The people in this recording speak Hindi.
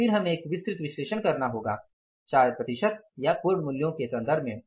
फिर हमें एक विस्तृत विश्लेषण करना होगा प्रतिशत या शायद पूर्ण मूल्यों के संदर्भ में